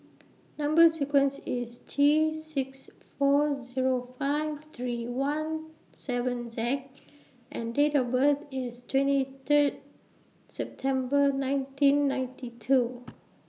Number sequence IS T six four Zero five three one seven Z and Date of birth IS twenty Third September nineteen ninety two